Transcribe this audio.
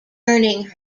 burning